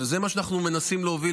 וזה מה שאנחנו מנסים להוביל,